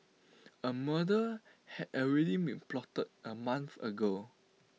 A murder had already been plotted A month ago